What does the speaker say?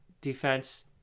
defense